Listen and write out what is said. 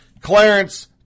Clarence